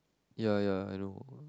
ya ya I know